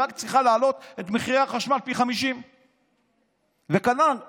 היא רק צריכה להעלות את מחירי החשמל פי 50. וכנ"ל הנמל.